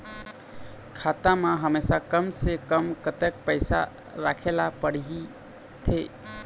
खाता मा हमेशा कम से कम कतक पैसा राखेला पड़ही थे?